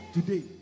Today